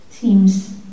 seems